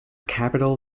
capital